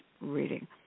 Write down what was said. reading